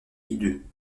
hideux